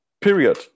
period